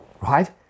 right